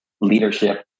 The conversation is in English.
leadership